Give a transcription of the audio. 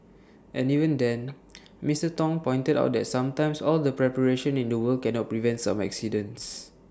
and even then Mister Tong pointed out that sometimes all the preparation in the world cannot prevent some accidents